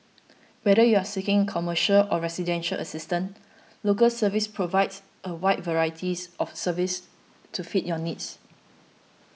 whether you are seeking commercial or residential assistance Local Service provides a wide varieties of services to fit your needs